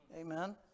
Amen